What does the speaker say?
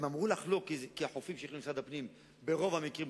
הם אמרו לך "לא" כי החופים שייכים למשרד הפנים ברוב המקרים,